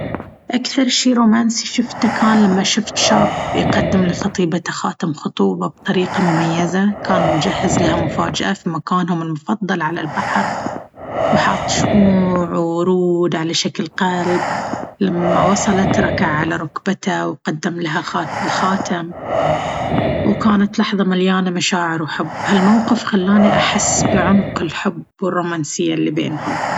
أكثر شيء رومانسي شفته كان لما شفت شاب يقدم لخطيبته خاتم الخطوبة بطريقة مميزة. كان مجهز لها مفاجأة في مكانهم المفضل على البحر، وحاط شموع وورود على شكل قلب. لما وصلت، ركع على ركبته وقدم لها خات-الخاتم، وكانت لحظة مليانة مشاعر وحب. هالموقف خلاني أحس بعمق الحب والرومانسية اللي بينهم.